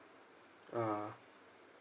ah